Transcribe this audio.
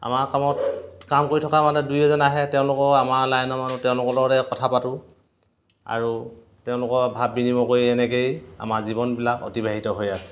আমাৰ কামত কাম কৰি থকা মানে দুই এজন আহে তেওঁলোকৰ আমাৰ লাইনৰ মানুহ তেওঁলোকৰ লগতে কথা পাতোঁ আৰু তেওঁলোকৰ ভাৱ বিনিময় কৰি এনেকেই আমাৰ জীৱনবিলাক অতিবাহিত হৈ আছে